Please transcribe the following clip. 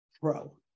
pro